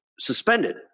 Suspended